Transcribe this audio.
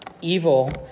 evil